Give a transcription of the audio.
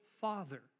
father